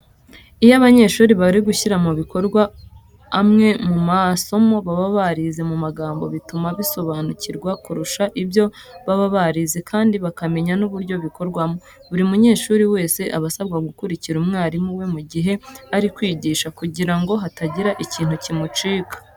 Iyo abanyeshuri bari gushyira mu bikorwa amwe mu masomo baba barize mu magambo bituma basobanukirwa kurushaho ibyo baba barize kandi bakamenya n'uburyo bikorwamo. Buri munyeshuri wese aba asabwa gukurikira umwarimu we mu gihe ari kwigisha kugira ngo hatagira ikintu kimucika.